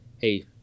hey